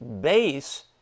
base